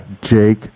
Jake